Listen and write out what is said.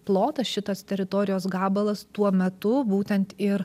plotas šitas teritorijos gabalas tuo metu būtent ir